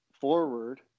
forward